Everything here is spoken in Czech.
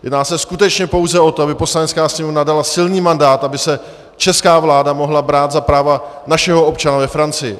Jedná se skutečně pouze o to, aby Poslanecká sněmovna dala silný mandát, aby se česká vláda mohla brát za práva našeho občana ve Francii.